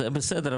בסדר,